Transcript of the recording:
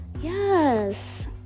yes